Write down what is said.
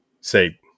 say